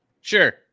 Sure